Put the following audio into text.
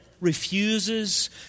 refuses